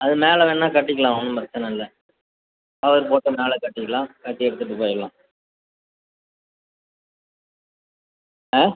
அது மேலே வேணால் கட்டிக்கலாம் ஒன்றும் பிரச்சினை இல்லை கவர் போட்டு மேலே கட்டிடலாம் கட்டி எடுத்துகிட்டு போயிடலாம்